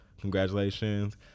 congratulations